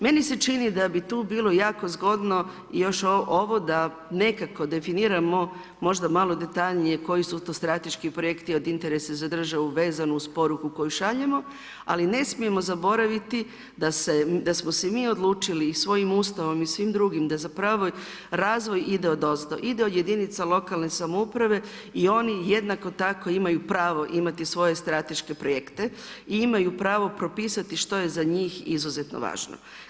Meni se čini da bi tu bilo jako zgodno još i ovo da nekako definiramo možda malo detaljnije koji su to strateški projekti od interesa za državu vezano uz poruku koju šaljemo ali ne smijemo zaboraviti da se, da smo se mi odlučili i svojim Ustavom i svim drugim da zapravo razvoj ide odozdo, ide od jedinica lokalne samouprave i oni jednako tako imaju pravo imati svoje strateške projekte i imaju pravo propisati što je za njih izuzetno važno.